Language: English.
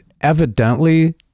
evidently